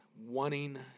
wanting